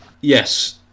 yes